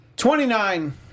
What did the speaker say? Twenty-nine